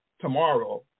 tomorrow